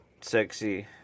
sexy